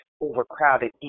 overcrowded